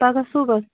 پگاہ صُبحس